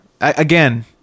again